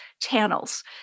channels